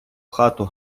хати